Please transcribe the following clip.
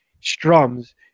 strums